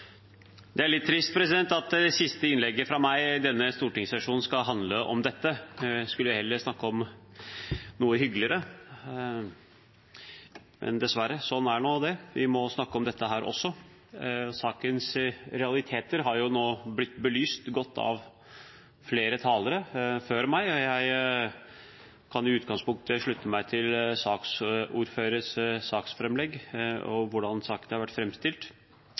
må passe litt på hverandre. Det er litt trist at det siste innlegget fra meg i denne stortingssesjonen skal handle om dette. Jeg skulle heller ha snakket om noe hyggeligere, men dessverre, vi må snakke om dette også. Sakens realiteter har nå blitt belyst godt av flere talere før meg. Jeg kan i utgangspunktet slutte meg til saksordførerens saksframlegg og til hvordan saken har vært